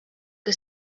que